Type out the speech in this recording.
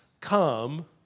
come